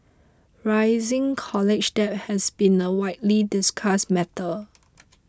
rising college debt has been a widely discussed matter